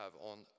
on